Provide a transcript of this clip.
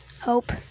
Hope